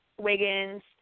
Wiggins